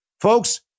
Folks